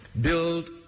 Build